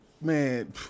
Man